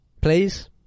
please